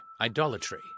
idolatry